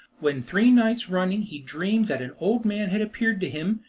when three nights running he dreamed that an old man had appeared to him,